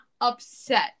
upset